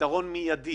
פתרון מידי